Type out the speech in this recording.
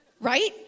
right